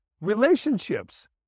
relationships